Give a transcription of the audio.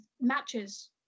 matches